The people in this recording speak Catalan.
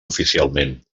oficialment